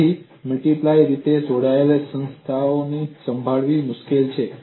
તેથી મલ્ટીપ્લાય રીતે જોડાયેલ સંસ્થાઓને સંભાળવી મુશ્કેલ છે